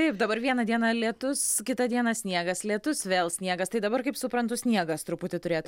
taip dabar vieną dieną lietus kitą dieną sniegas lietus vėl sniegas tai dabar kaip suprantu sniegas truputį turėtų